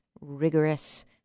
rigorous